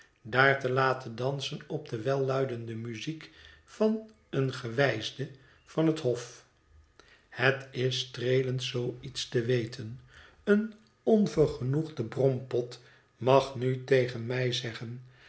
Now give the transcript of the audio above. daar te laten dansen op de welluidende muziek van een gewijsde van het hof het is streelend zoo iets te weten een onvergenoegde brompot mag nu tegen mij zeggen